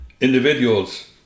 individuals